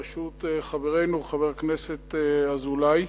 בראשות חברנו חבר הכנסת אזולאי,